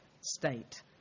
state